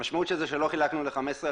המשמעות של זה שלא חילקנו ל-15 ילדים,